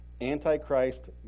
anti-Christ